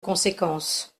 conséquence